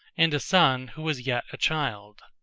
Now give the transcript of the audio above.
and son who was yet a child.